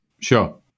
sure